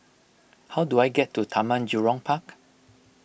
how do I get to Taman Jurong Park